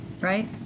right